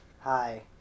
Hi